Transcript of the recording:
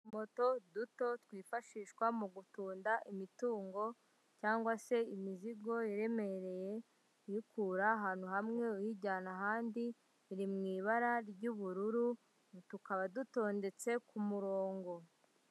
Utumoto duto twifashishwa mu gutunda imitungo cyangwa se imizigo iremereye, uyikura ahantu hamwe uyijyana ahandi, iri mu ibara ry'ubururu, tukaba dutondetse ku murongo.